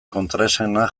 kontraesana